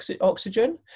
oxygen